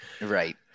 Right